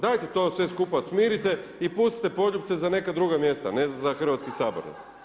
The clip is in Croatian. Dajte to sve skupa smirite i pustite poljupce za neka druga mjesta a ne za Hrvatski sabor.